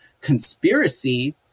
conspiracy